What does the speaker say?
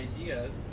ideas